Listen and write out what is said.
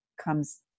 comes